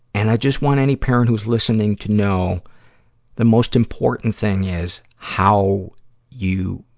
and i just want any parent who's listening to know the most important thing is how you,